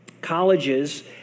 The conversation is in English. colleges